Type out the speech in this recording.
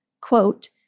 Quote